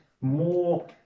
more